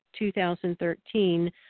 2013